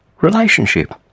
relationship